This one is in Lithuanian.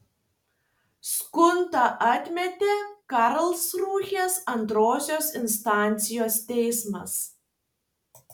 skundą atmetė karlsrūhės antrosios instancijos teismas